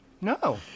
No